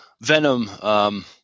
Venom –